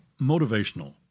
motivational